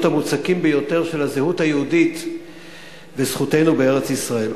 המוצקים ביותר של הזהות היהודית וזכותנו בארץ-ישראל.